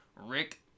Rick